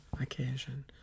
occasion